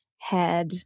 head